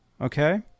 okay